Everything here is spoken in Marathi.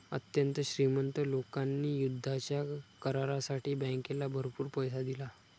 अत्यंत श्रीमंत लोकांनी युद्धाच्या करारासाठी बँकेला भरपूर पैसा दिला